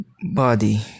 body